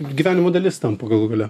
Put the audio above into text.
gyvenimo dalis tampa galų gale